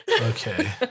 Okay